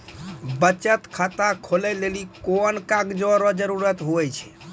बचत खाता खोलै लेली कोन कागज रो जरुरत हुवै छै?